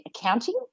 accounting